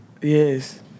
Yes